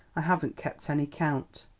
i haven't kept any count.